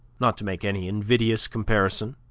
not to make any invidious comparison